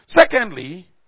Secondly